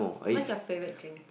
what's your favourite drink